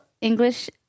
English